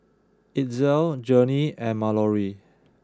Itzel Journey and Mallory